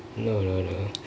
no no no